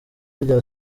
rya